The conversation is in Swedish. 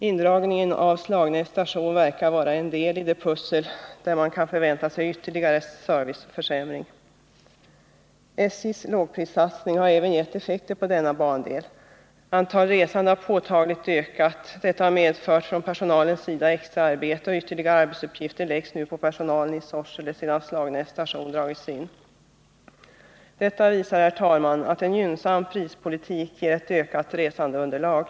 Indragningen av Slagnäs station verkar vara en del i ett pussel av åtgärder, som innebär att man kan förvänta sig ytterligare serviceförsämring. SJ:s lågprissatsning har gett effekter även på denna bandel. Antalet resande har påtagligt ökat. Detta har för personalen medfört extra arbete, och ytterligare arbetsuppgifter läggs nu på personalen i Sorsele sedan Slagnäs station dragits in. Detta visar, herr talman, att en gynnsam prispolitik ger ett ökat resandeunderlag.